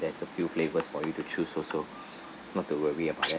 there's a few flavors for you to choose also not to worry about that